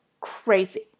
crazy